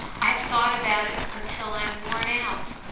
i have thought about it until i am worn out.